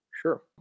Sure